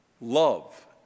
love